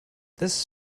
this